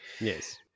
Yes